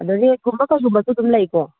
ꯑꯗꯒꯤ ꯈꯨꯝꯕ ꯀꯩꯒꯨꯝꯕꯁꯨ ꯑꯗꯨꯝ ꯂꯩꯀꯣ